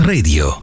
Radio